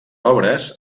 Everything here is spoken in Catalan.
obres